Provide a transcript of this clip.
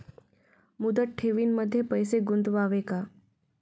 मुदत ठेवींमध्ये पैसे गुंतवावे का?